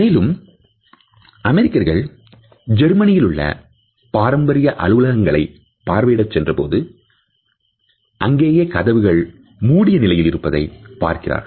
மேலும் அமெரிக்கர்கள் ஜெர்மனியிலுள்ள பாரம்பரிய அலுவலகங்களை பார்வையிடச் சென்றபோது அங்கேயே கதவுகள் மூடிய நிலையில் இருப்பதை பார்க்கிறார்கள்